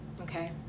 okay